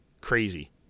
Crazy